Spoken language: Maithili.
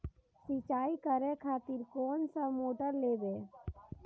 सीचाई करें खातिर कोन सा मोटर लेबे?